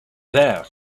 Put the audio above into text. there